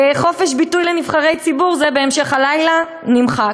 חופש ביטוי לנבחרי ציבור, זה בהמשך הלילה, נמחק.